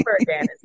again